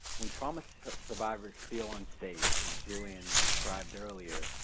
when trauma survivors feel unsafe, as julian described earlier,